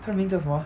他的名叫什么啊